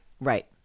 Right